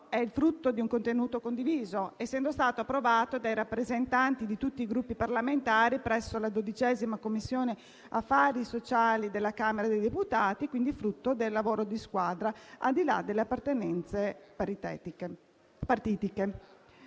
è frutto di un contenuto condiviso, essendo stato approvato dai rappresentanti di tutti i Gruppi parlamentari presso la XII Commissione affari sociali della Camera dei deputati; quindi è frutto di un lavoro di squadra, al di là delle appartenenze partitiche.